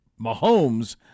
Mahomes